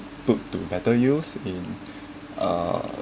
put to better use in uh